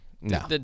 No